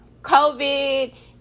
covid